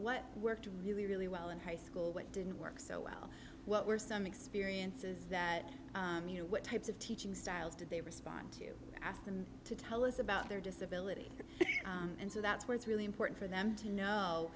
what worked really really well in high school what didn't work so well what were some experiences that you know what types of teaching styles did they respond to ask them to tell us about their disability and so that's where it's really important for them to know